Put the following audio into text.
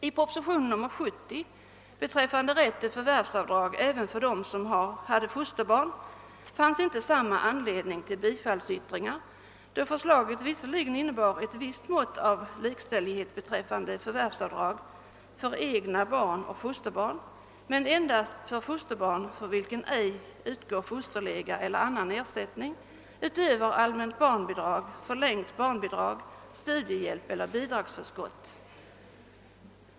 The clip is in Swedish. I propositionen 70 beträffande rätt till förvärvsavdrag även för dem som har fosterbarn förelåg inte samma anledning till bifallsyttringar. Förslaget innebar visserligen ett visst mått av likställighet beträffande förvärvsavdrag för egna barn och fosterbarn, dock endast för fosterbarn för vilket ej utgår fosterlega eller annan ersättning utöver allmänt barnbidrag, förlängt barnbidrag, studiehjälp eller bidragsförskott.